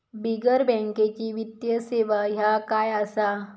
बिगर बँकेची वित्तीय सेवा ह्या काय असा?